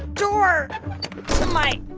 door to my